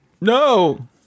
No